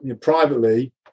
privately